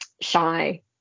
Shy